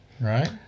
Right